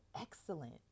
excellent